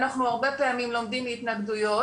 אנחנו הרבה פעמים לומדים מהתנגדויות.